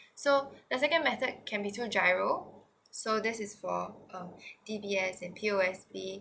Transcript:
so the second method that can be through giro so this is for um D_B_S and P_O_S_B